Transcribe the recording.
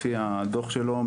לפי הדוח שלו,